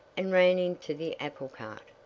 and ran into the apple cart.